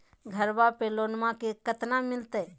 घरबा पे लोनमा कतना मिलते?